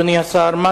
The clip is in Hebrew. אדוני שר, תודה רבה.